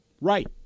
Right